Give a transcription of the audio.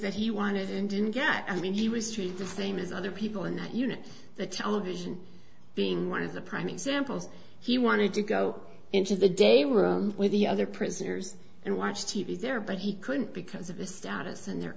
that he wanted and didn't get i mean he was treated the same as other people in that unit the television being one of the prime examples he wanted to go into the day room with the other prisoners and watch t v there but he couldn't because of his status and their